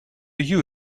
you